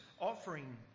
offering